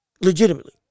Legitimately